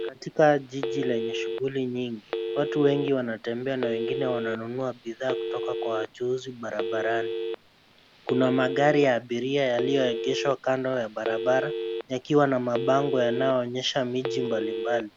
Katika jiji lenye shughuli nyingi watu wengi wanatembea na wengine wananunua bidhaa kutoka kwa wachuuzi barabarani. Kuna magari ya abiria yaliyoegeshwa kando ya barabara yakiwa na mabango yanayoonyesha miji mbalimbali.